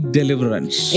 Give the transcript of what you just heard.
deliverance